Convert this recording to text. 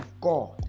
God